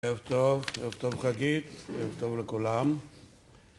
ערב טוב, ערב טוב חגית, ערב טוב לכולם